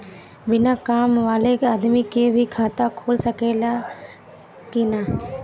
बिना काम वाले आदमी के भी खाता खुल सकेला की ना?